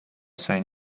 sain